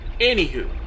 Anywho